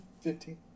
Fifteen